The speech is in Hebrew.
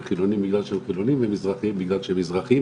החילונים בגלל שהם חילונים ומזרחיים בגלל שהם מזרחיים,